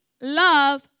love